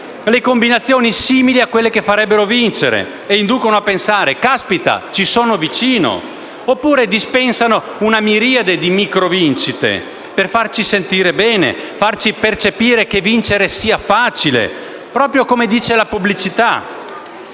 le combinazioni simili a quelle che farebbero vincere e che inducono a pensare - caspita - che si è vicini alla vittoria. Oppure le schede dispensano una miriade di microvincite per farci sentire bene e farci percepire che vincere sia facile, proprio come dice la pubblicità.